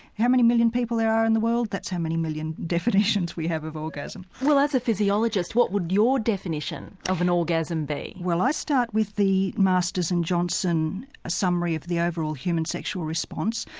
how many million people there are in the world, that's how many million definitions we have of orgasm. well as a physiologist what would your definition of an orgasm be? well, i start with the masters and johnson summary of the overall human sexual response.